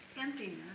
emptiness